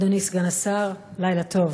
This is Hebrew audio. אדוני סגן השר, לילה טוב.